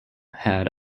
had